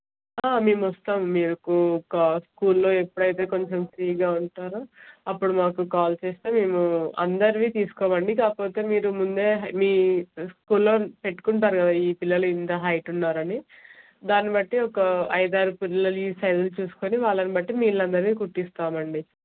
మేము వస్తాము మీకు ఒక స్కూల్లో ఎప్పుడైతే కొంచెం ఫ్రీగా ఉంటారో అప్పుడు మాకు కాల్ చేస్తే మేము అందరివి తీసుకోమండి కాకపోతే మీరు ముందే మీ స్కూల్లో పెట్టుకుంటారు కదా ఈ పిల్లలు ఇంత హైట్ ఉన్నారని దాన్ని బట్టి ఒక అయిదారు పిల్లలివి సైజులు చూసుకుని వాళ్ళని బట్టి మిగిలిన అందరివి కుట్టిస్తామండి